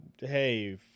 hey